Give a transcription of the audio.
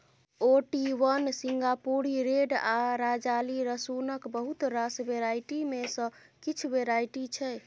Ooty one, Singapuri red आ राजाली रसुनक बहुत रास वेराइटी मे सँ किछ वेराइटी छै